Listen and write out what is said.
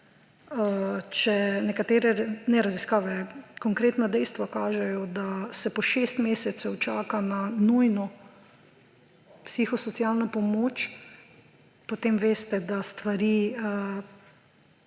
Če nekatera, ne raziskave, konkretna dejstva kažejo, da se po šest mesecev čaka na nujno psihosocialno pomoč, potem veste, da stvari